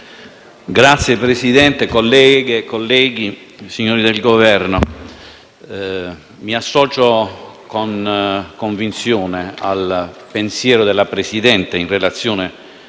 Signora Presidente, colleghe e colleghi, signori del Governo, mi associo con convinzione al pensiero della Presidente in relazione